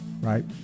Right